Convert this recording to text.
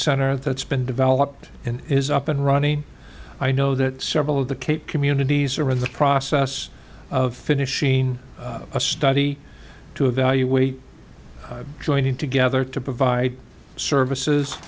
center that's been developed and is up and running i know that several of the cape communities are in the process of finishing a study to evaluate joining together to provide services